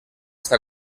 esta